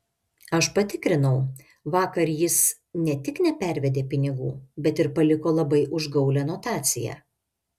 aš patikrinau vakar jis ne tik nepervedė pinigų bet ir paliko labai užgaulią notaciją